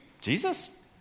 Jesus